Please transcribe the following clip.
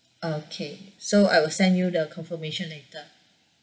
okay so I will send you the confirmation later